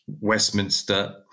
Westminster